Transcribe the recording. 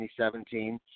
2017